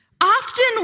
Often